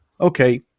okay